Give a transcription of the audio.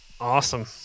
awesome